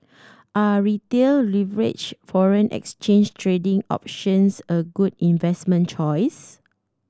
are Retail leveraged foreign exchange trading options a good investment choice